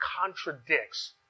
contradicts